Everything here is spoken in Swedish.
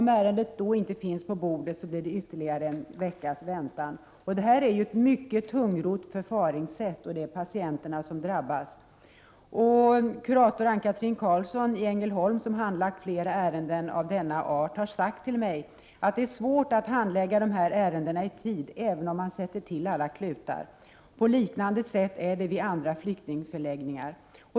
Om inte ärendet finns på bordet då, blir det ytterligare en veckas väntan. Förfaringssättet är tungrott, och det är patienterna som drabbas. Kurator Ann-Katrin Karlsson i Ängelholm, som har handlagt flera ärenden av denna art, har sagt till mig att det är svårt att handlägga dessa ärenden i tid även om man sätter till alla klutar. På liknande sätt är det även vid andra flyktingförläggningar.